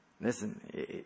Listen